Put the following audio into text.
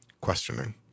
questioning